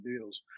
deals